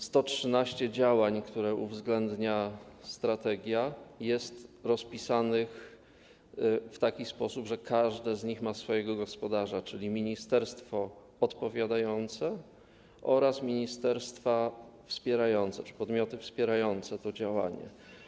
113 działań, które uwzględnia strategia, rozpisano w taki sposób, że każde z nich ma swojego gospodarza, czyli ministerstwo odpowiadające oraz ministerstwa czy podmioty wspierające to działanie.